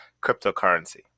cryptocurrency